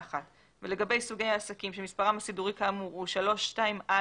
לגבי סוגי העסקים שמספרם הסידורי כאמור הוא 3.2א,